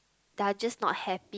they are just not happy